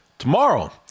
tomorrow